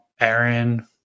Aaron